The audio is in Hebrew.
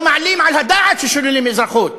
לא מעלים על הדעת לשלול אזרחות.